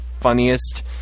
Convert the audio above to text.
funniest